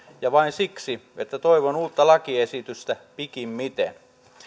ja vain siksi että toivon uutta lakiesitystä pikimmiten